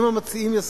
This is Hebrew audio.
אם המציעים יסכימו: